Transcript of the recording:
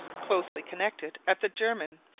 closely connected at the germen,